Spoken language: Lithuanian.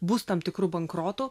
bus tam tikrų bankrotų